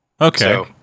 Okay